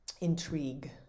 intrigue